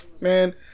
man